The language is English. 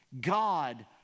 God